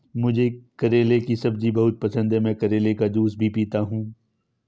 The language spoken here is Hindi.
मुझे करेले की सब्जी बहुत पसंद है, मैं करेले का जूस भी पीता हूं